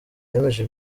yemeje